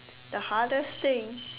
the hardest thing